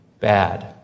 bad